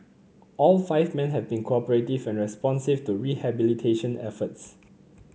all five men have been cooperative and responsive to rehabilitation efforts